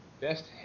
Best